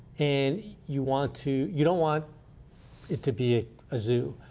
and you want to, you don't want, it to be a zoo.